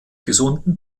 gesunden